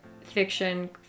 fiction